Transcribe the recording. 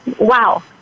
wow